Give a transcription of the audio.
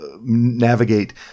navigate